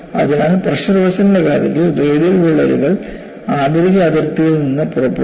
അതിനാൽ പ്രഷർ വെസൽൻറെ കാര്യത്തിൽ റേഡിയൽ വിള്ളലുകൾ ആന്തരിക അതിർത്തിയിൽ നിന്ന് പുറപ്പെടുന്നു